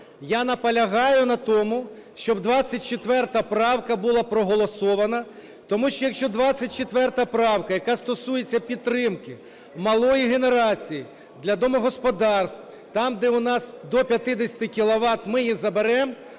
я наполягаю на тому, щоб 24 правка була проголосована, тому що, якщо 24 правка, яка стосується підтримки малої генерації для домогосподарств, там, де у нас до 50 кіловат, ми її заберемо,